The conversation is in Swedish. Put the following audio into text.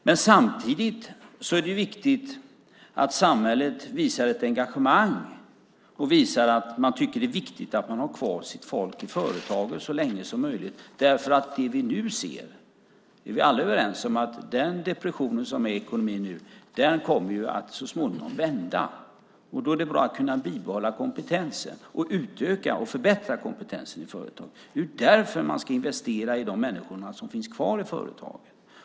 Men samtidigt är det ju viktigt att samhället visar ett engagemang och visar att man tycker att det är viktigt att man har kvar sitt folk i företaget så länge som möjligt. Vi är alla överens om att den depression som råder i ekonomin nu ju kommer att vända så småningom. Då är det bra att kunna bibehålla kompetensen och utöka och förbättra kompetensen i företagen. Det är ju därför man ska investera i de människor som finns kvar i företagen.